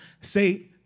say